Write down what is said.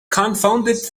confounded